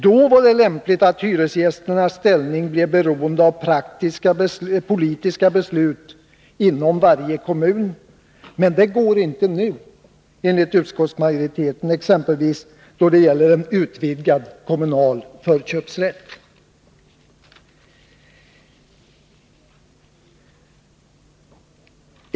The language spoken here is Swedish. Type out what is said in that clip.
Då var det lämpligt att hyresgästernas ställning blev beroende av praktiska politiska beslut inom varje kommun, men det går enligt utskottsmajoriteten inte nu, exempelvis då det gäller en utvidgad kommunal förköpsrätt.